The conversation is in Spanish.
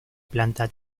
planta